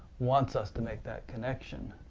wants us to make that connection.